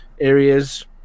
areas